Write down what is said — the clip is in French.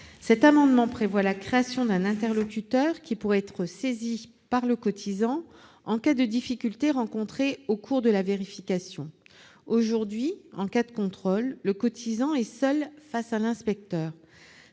Cet amendement prévoit la création d'un interlocuteur qui pourrait être saisi par le cotisant « en cas de difficultés rencontrées au cours de la vérification ». Aujourd'hui, dans l'hypothèse d'un contrôle, le cotisant est seul face à l'inspecteur.